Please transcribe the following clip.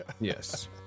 Yes